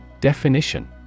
Definition